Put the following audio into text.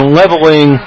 leveling